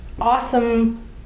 awesome